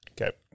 okay